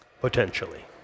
Potentially